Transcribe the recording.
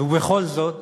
ובכל זאת,